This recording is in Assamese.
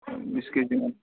বিছ কেজি